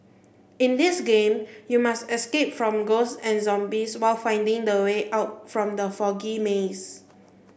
in this game you must escape from ghosts and zombies while finding the way out from the foggy maze